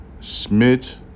Schmidt